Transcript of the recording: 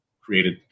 created